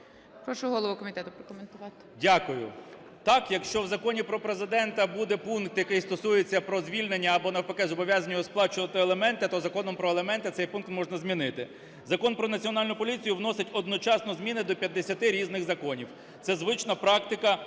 Прошу голову комітету прокоментувати. 16:27:27 КНЯЖИЦЬКИЙ М.Л. Дякую. Так, якщо в Законі про Президента буде пункт, який стосується про звільнення або навпаки зобов'язання його сплачувати аліменти, то Законом про аліменти цей пункт можна змінити. Закон "Про Національну поліцію" вносить одночасно зміни до 50-и різних законів. Це – звична практика